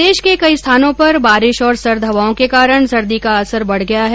प्रदेश के कई स्थानों पर बारिश और सर्द हवाओं के कारण सर्दी का असर बढ गया है